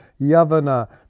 Yavana